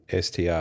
STR